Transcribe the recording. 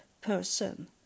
person